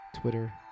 Twitter